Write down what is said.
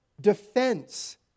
defense